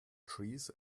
trees